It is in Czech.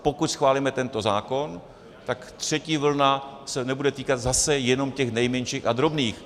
Pokud schválíme tento zákon, tak třetí vlna se nebude týkat zase jenom těch nejmenších a drobných.